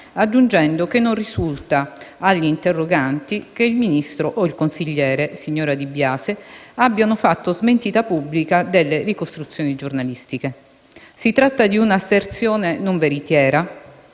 aggiungendo che «non risulta agli interroganti che il Ministro o il consigliere, signora Di Biase, abbiano fatto smentita pubblica delle ricostruzioni giornalistiche». Si tratta di una asserzione non veritiera.